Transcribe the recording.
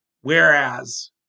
Whereas